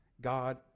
God